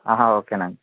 అహా ఓకే అండి